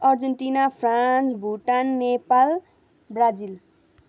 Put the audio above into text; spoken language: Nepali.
Argentina France Bhutan Nepal Brazil